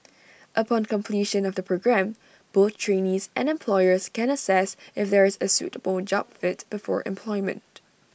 upon completion of the programme both trainees and employers can assess if there is A suitable job fit before employment